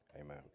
Amen